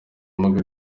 ubumuga